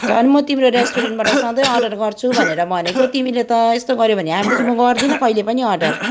झन् म तिम्रो रेस्टुरेन्टबाट सँधै अर्डर गर्छु भनेर भनेको तिमीले त यस्तो गऱ्यो भने अबदेखि म गर्दिन कहिले पनि अर्डर